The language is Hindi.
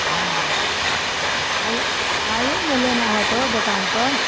हाँ आईए आईए ना लेना है तो दुकान पर